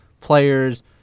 players